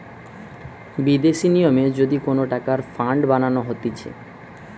বিদেশি নিয়মে যদি কোন টাকার ফান্ড বানানো হতিছে